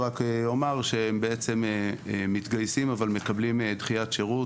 אומר שהם מתגייסים אבל מקבלים דחיית שירות